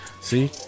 See